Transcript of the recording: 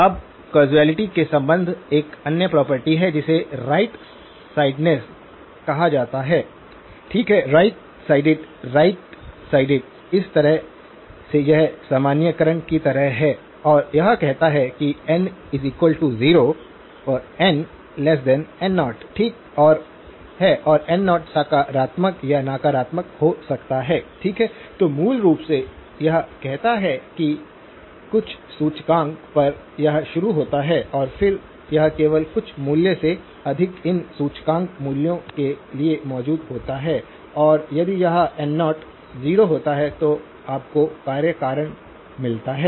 अब कौसालिटी से संबंधित एक अन्य प्रॉपर्टी है जिसे राइट साइडेडनेस कहा जाता है ठीक है राइट साइडेड राइट साइडेड एक तरह से यह सामान्यीकरण की तरह है और यह कहता है कि n0 nn0 ठीक है और n0 सकारात्मक या नकारात्मक हो सकता है ठीक है तो मूल रूप से यह कहता है कि कुछ सूचकांक पर यह शुरू होता है और फिर यह केवल कुछ मूल्य से अधिक इन सूचकांक मूल्यों के लिए मौजूद होता है और यदि यह n0 0 होता है तो आपको कार्य कारण मिलता है